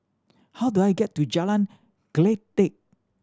how do I get to Jalan Kledek